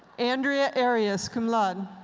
andrea arias, cum laude.